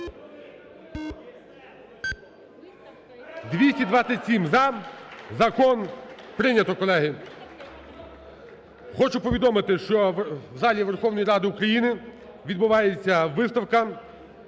За-227 Закон прийнято, колеги. Хочу повідомити, що в залі Верховної Ради України відбувається виставка